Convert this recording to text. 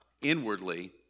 inwardly